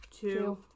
two